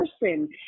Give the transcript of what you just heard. person